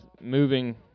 moving